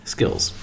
Skills